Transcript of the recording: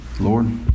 Lord